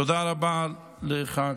תודה רבה לך,